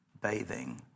bathing